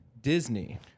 Disney